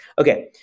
Okay